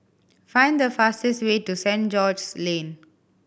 find the fastest way to Saint George's Lane